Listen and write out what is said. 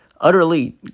Utterly